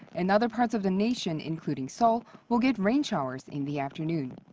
and other parts of the nation, including seoul, will get rain showers in the afternoon.